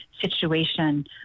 situation